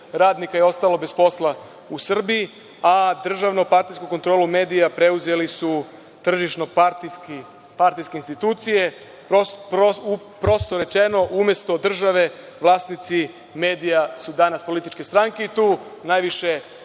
radnika je ostalo bez posla u Srbiji, a državno-partijsku kontrolu medija preuzeli su tržišno-partijske institucije. Prosto rečeno, umesto države vlasnici medija su danas političke stranke i tu najviše